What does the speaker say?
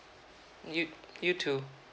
you you too